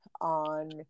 on